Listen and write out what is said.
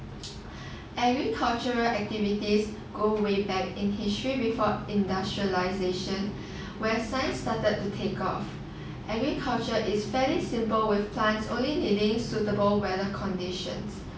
agricultural activities go way back in history before industrialisation where science started to take off agriculture is fairly simple with plants only needing suitable weather conditions